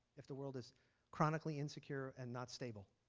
if the world is chronically insecure and not stable?